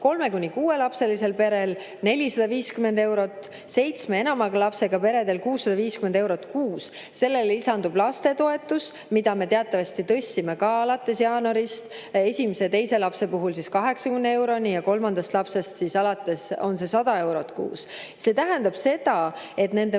kolme‑ kuni kuuelapselisel perel 450 eurot, seitsme ja enama lapsega peredel 650 eurot kuus. Sellele lisandub lapsetoetus, mida me teatavasti tõstsime ka alates jaanuarist: esimese ja teise lapse puhul 80 euroni ja kolmandast lapsest alates on see 100 eurot kuus. See tähendab seda, et nende